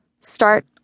Start